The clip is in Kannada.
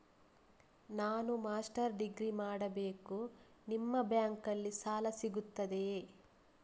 ನಾನು ಮಾಸ್ಟರ್ ಡಿಗ್ರಿ ಮಾಡಬೇಕು, ನಿಮ್ಮ ಬ್ಯಾಂಕಲ್ಲಿ ಸಾಲ ಸಿಗುತ್ತದೆಯೇ?